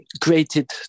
created